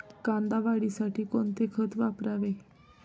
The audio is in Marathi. कांदा वाढीसाठी कोणते खत वापरावे?